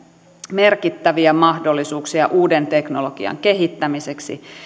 merkittäviä mahdollisuuksia uuden teknologian kehittämiseksi